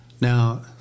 Now